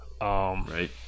Right